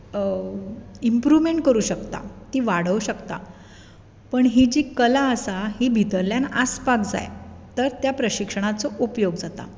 improvement करूंक शकतात ती वाडोवंक शकतात पूण ही जी कला आसा ती भितरल्यान आसपाक जाय तर त्या प्रशिक्षणाचो उपयोग जाता